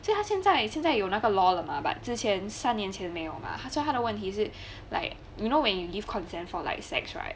所以他现在现在有那个 law 了 mah but 之前三年前没有吗他像他的问题是 like you know when you give consent for like sex right